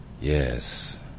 Yes